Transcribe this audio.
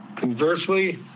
Conversely